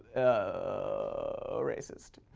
a racist.